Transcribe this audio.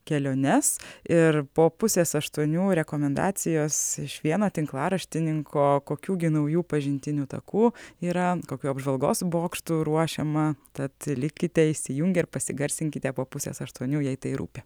keliones ir po pusės aštuonių rekomendacijos iš vieno tinklaraštininko kokių gi naujų pažintinių takų yra kokių apžvalgos bokštų ruošiama tad likite įsijungę ir pasigarsinkite po pusės aštuonių jei tai rūpi